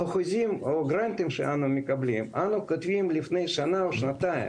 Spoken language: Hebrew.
החוזים או גרנטים שאנחנו מקבלים נכתבו לפני שנה או שנתיים